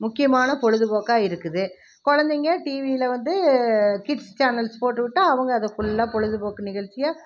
முக்கியமான பொழுதுபோக்காக இருக்குது குழந்தைங்க டிவியில் வந்து கிட்ஸ் சேனல்ஸ் போட்டுவிட்டால் அவங்க அதை ஃபுல்லாக பொழுதுபோக்கு நிகழ்ச்சியாக